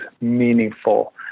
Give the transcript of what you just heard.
meaningful